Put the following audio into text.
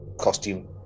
costume